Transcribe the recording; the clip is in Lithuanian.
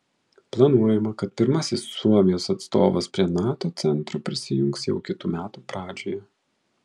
planuojama kad pirmasis suomijos atstovas prie nato centro prisijungs jau kitų metų pradžioje